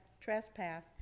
trespass